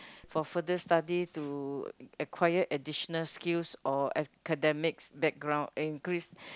for further studies to acquire additional skills or academics background increase